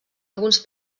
alguns